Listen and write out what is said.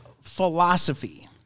philosophy